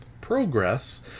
Progress